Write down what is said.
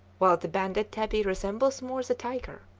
while the banded tabby resembles more the tiger.